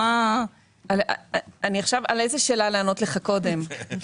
על איזו שאלה לענות לך קודם?